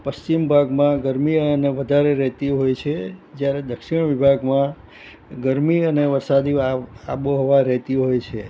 પશ્ચિમ ભાગમાં ગરમી અને વધારે રહેતી હોય છે જ્યારે દક્ષિણ વિભાગમાં ગરમી અને વરસાદી આબોહવા રહેતી હોય છે